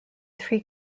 three